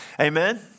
Amen